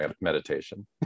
meditation